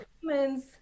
humans